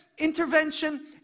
intervention